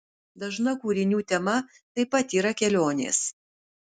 dažna kūrinių tema taip pat yra kelionės